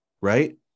Right